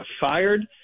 fired